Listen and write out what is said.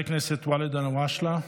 זה טירוף.